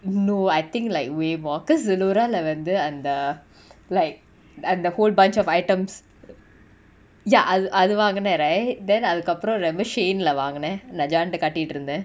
no I think like way more cause zalora lah வந்து அந்த:vanthu antha like அந்த:antha whole bunch of items ya அது அது வாங்குன:athu athu vaangina right then அதுகப்ரோ:athukapro remashaine lah வாங்குன:vaanguna lajaanta கட்டிட்டு இருந்த:kattitu iruntha